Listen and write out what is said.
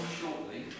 shortly